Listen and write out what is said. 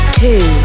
two